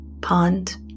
pond